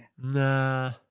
Nah